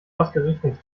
ausgerechnet